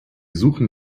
suchen